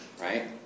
Right